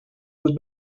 with